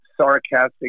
sarcastic